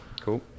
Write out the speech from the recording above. Cool